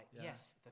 Yes